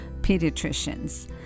pediatricians